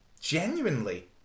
Genuinely